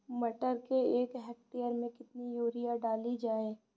मटर के एक हेक्टेयर में कितनी यूरिया डाली जाए?